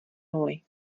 nuly